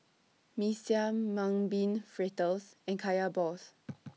Mee Siam Mung Bean Fritters and Kaya Balls